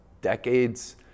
decades